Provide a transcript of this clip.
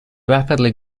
rapidly